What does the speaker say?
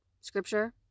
Scripture